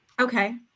okay